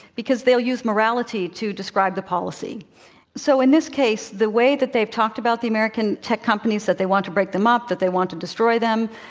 because they'll use morality to describe the policy. and so, in this case, the way that they've talked about the american tech companies that they want to break them up, that they want to destroy them,